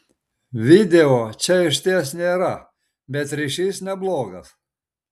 video čia išties nėra bet ryšys neblogas